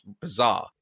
bizarre